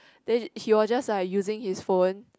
then he was just like using his phone